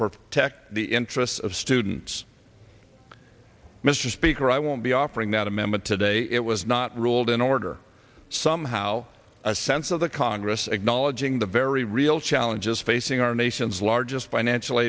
protect the interests of students mr speaker i won't be offering that amendment today it was not ruled in order somehow a sense of the congress and knowledge in the very real challenges facing our nation's largest financial